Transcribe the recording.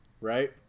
right